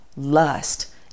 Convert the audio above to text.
lust